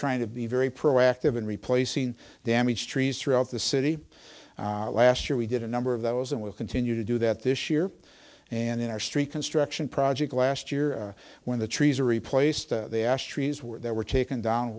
trying to be very proactive in replacing damaged trees throughout the city last year we did a number of those and we'll continue to do that this year and in our street construction project last year when the trees are replaced the ash trees were that were taken down